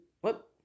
Whoop